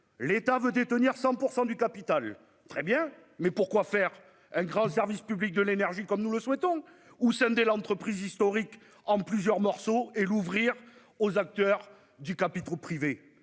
l'État veut détenir 100 % du capital. Très bien, mais pour quoi faire ? Pour bâtir un grand service public de l'énergie comme nous le souhaitons, ou pour scinder l'entreprise historique en plusieurs morceaux et l'ouvrir aux acteurs et aux capitaux privés ?